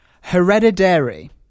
Hereditary